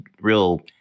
real